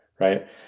Right